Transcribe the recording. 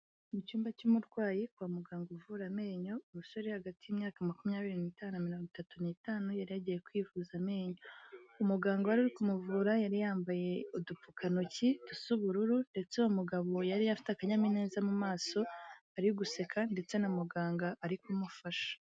Mu cyumba cy'umurwayi kwa muganga uvura amenyo, umusore uri hagati y'imyaka makumyabiri n'itanu na mirongo itatu n'itanu yari yagiye kwivuza amenyo, umuganga wari uri kumuvura yari yambaye udupfukantoki dusa ubururu, ndetse uwo mugabo yari afite akanyamuneza mu maso ari guseka, ndetse na muganga ari kumufasha.